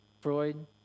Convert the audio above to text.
Freud